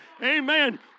Amen